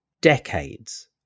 decades